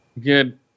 Good